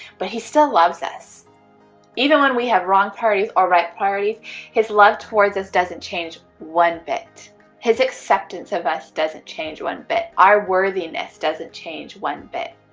but he still loves us even when, we have wronged parties or right priorities his love towards us doesn't change one bit his acceptance of us doesn't change one bit our worthiness doesn't change one bit